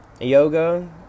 yoga